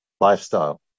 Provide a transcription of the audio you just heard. lifestyle